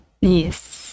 Yes